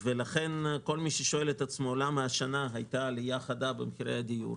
לכן כל מי ששואל את עצמו למה השנה הייתה עלייה חדה במחירי הדיור,